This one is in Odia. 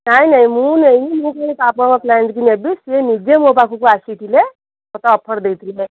ନାହିଁ ନାହିଁ ମୁଁ ନେଇନି ମୁଁ କେମିତି ଆପଣଙ୍କ କ୍ଲାଇଣ୍ଟ୍କୁ ନେବି ସିଏ ମୋ ପାଖକୁ ନିଜେ ଆସିଥିଲେ ମୋତେ ଅଫର୍ ଦେଇଥିଲେ